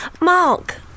Mark